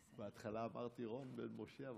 בהתחלה אמרתי רון בן משה.